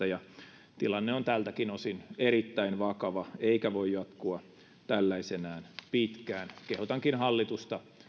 ja riittävyydestä tilanne on tältäkin osin erittäin vakava eikä voi jatkua tällaisenaan pitkään kehotankin hallitusta